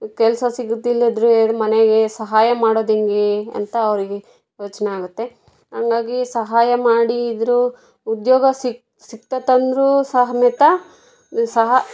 ಕೆಲಸ ಸಿಗೋದಿಲ್ಲದ್ರೆ ಮನೆಗೆ ಸಹಾಯ ಮಾಡೋದು ಹೆಂಗೇ ಅಂತ ಅವರಿಗೆ ಯೋಚನೆ ಆಗುತ್ತೆ ಹಂಗಾಗಿ ಸಹಾಯ ಮಾಡಿದರೂ ಉದ್ಯೋಗ ಸಿಗ್ ಸಿಕ್ತದಂದ್ರೂ ಸಮೇತ ಸಹ